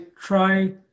try